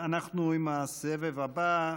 אנחנו עם הסבב הבא: